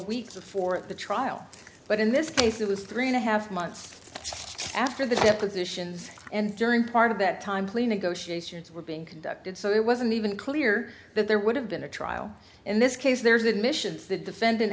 week before the trial but in this case it was three and a half months after the depositions and during part of that time plea negotiations were being conducted so it wasn't even clear that there would have been a trial in this case there's an admission the defendant